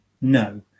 no